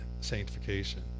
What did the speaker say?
sanctification